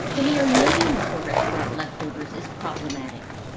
the mere name for restaurant leftovers is problematic.